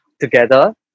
together